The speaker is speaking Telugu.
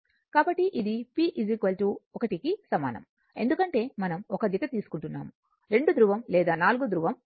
కాబట్టి ఇది p 1 కు సమానం ఎందుకంటే మనం ఒక జత తీసుకుంటున్నాము 2 ధృవం లేదా 4 ధృవం కాదు